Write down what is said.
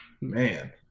Man